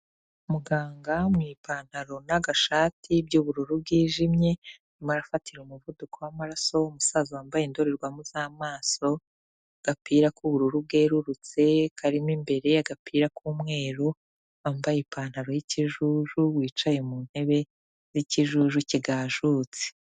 Muganga mu ipantaro n'agashati by'ubururu bwijimye, arimo arafatira umuvuduko w'amaraso umusaza wambaye indorerwamo z'amaso, agapira k'ubururu bwerurutse karimo imbere, agapira k'umweru, wambaye ipantaro y'ikijuju, wicaye mu ntebe z'ikijuju kigajutse.